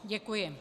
Děkuji.